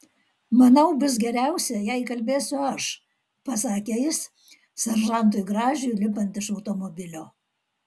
manau bus geriausia jei kalbėsiu aš pasakė jis seržantui gražiui lipant iš automobilio